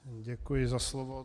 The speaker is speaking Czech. Děkuji za slovo.